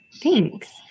Thanks